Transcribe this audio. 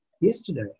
yesterday